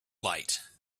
light